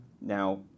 Now